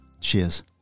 Cheers